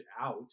out